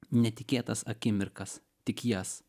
netikėtas akimirkas tik jas